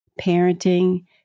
parenting